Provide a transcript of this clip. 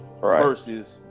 versus